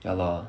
ya lor